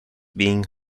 being